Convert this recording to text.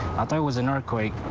there was an earthquake.